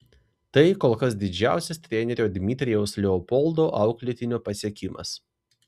tai kol kas didžiausias trenerio dmitrijaus leopoldo auklėtinio pasiekimas